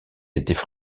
étaient